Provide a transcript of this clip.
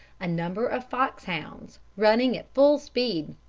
a number of foxhounds, running at full speed,